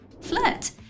Flirt